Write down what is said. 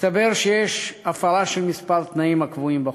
מסתבר שיש הפרה של כמה תנאים הקבועים החוק: